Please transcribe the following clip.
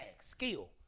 Skill